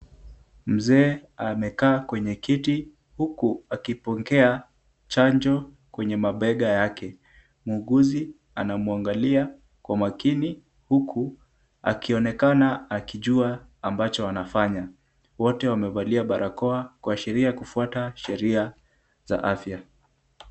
Mzee amekaa kwenye kiti huku akipokea chanjo kwenye mabega yake. Muuguzi anamwangalia kwa makini, huku akionekana akijua ambacho anafanya. Wote wamevalia barakoa kuashiria kufuata sheria za afya.